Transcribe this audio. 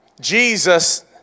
Jesus